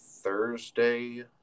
Thursday